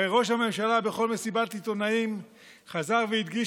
הרי ראש הממשלה בכל מסיבת עיתונאים חזר והדגיש